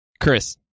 Chris